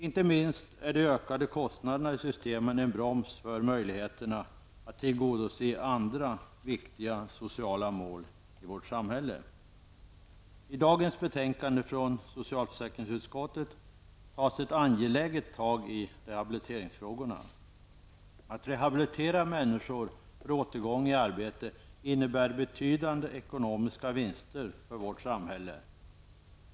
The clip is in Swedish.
Inte minst är de ökade kostnaderna i systemen en broms för möjligheterna att tillgodose andra viktiga sociala mål i vårt samhälle. I dagens betänkande från socialförsäkringsutskottet tas ett angeläget tag i rehabiliteringsfrågorna. Att rehabilitera mäniskor för återgång till arbete innebär betydande ekonomiska vinster för samhället.